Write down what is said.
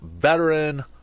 veteran